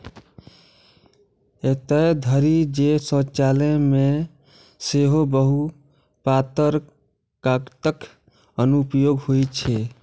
एतय धरि जे शौचालय मे सेहो बहुत पातर कागतक अनुप्रयोग होइ छै